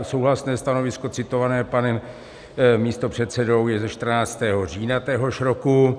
Souhlasné stanovisko citované panem místopředsedou je ze 14. října téhož roku.